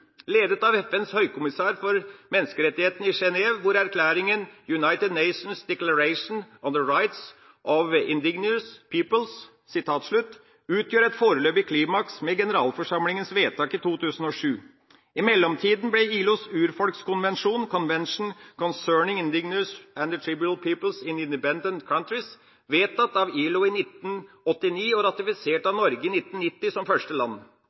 ledet av FNs høykommisær for menneskerettigheter i Genève, hvor erklæringen United Nations Declaration on the Rights of Indigenous Peoples utgjør et foreløpig klimaks med generalforsamlingas vedtak i 2007. I mellomtida ble ILOs urfolkskonvensjon, Convention concerning Indigenous and Tribal Peoples in Independent Countries, vedtatt av ILO i 1989 og ratifisert av Norge i 1990 som første land.